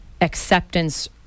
acceptance